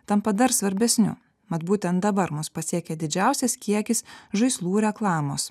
tampa dar svarbesniu mat būtent dabar mus pasiekia didžiausias kiekis žaislų reklamos